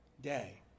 day